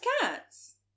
cats